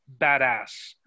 badass